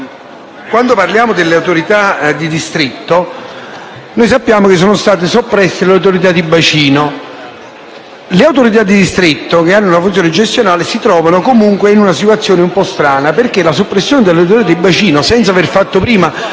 noi parliamo delle autorità di distretto ben sapendo che sono state soppresse le autorità di bacino. Le autorità di distretto, che hanno una funzione gestionale, si trovano in una situazione un po' strana, perché la soppressione delle autorità di bacino, senza aver fatto